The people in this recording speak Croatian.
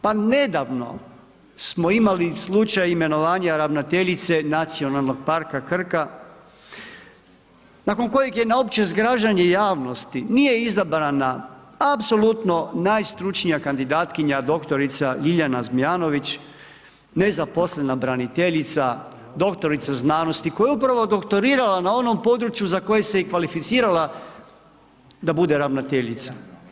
Pa nedavno smo imali slučaj imenovanja ravnateljica Nacionalnog parka Krka, nakon kojeg je na općeg zgražanja javnosti, nije izabrana apsolutno najstručnija kandidatkinja doktorica Ljiljana Zmijanović, nezaposlena braniteljica, doktorica znanosti, koja je upravo doktorirala na onom području za koje se je i kvalificirala da bude ravnateljica.